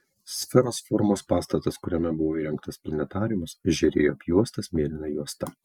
sferos formos pastatas kuriame buvo įrengtas planetariumas žėrėjo apjuostas mėlyna juosta